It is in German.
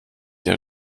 der